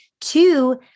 Two